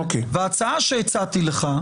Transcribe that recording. ההצעה שהצעתי לך,